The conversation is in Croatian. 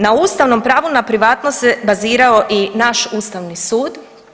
Na ustavnom pravu na privatnost se bazirao i naš Ustavni sud.